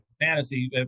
fantasy